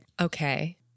Okay